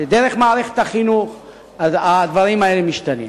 דרך מערכת החינוך הדברים האלה משתנים.